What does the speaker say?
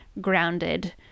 grounded